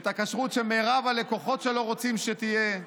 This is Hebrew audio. את הכשרות שמרב הלקוחות שלו רוצים שתהיה,